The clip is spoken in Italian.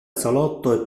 salotto